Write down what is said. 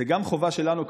זו גם חובה שלנו,